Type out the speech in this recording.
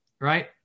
right